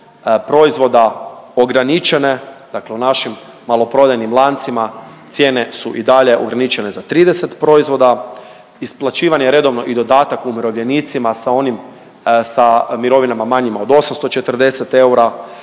proizvoda ograničene, dakle u našim maloprodajnim lancima cijene su i dalje ograničene za 30 proizvoda, isplaćivan je redovno i dodatak umirovljenicima sa onim, sa mirovinama manjim od 840 eura,